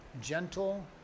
Gentle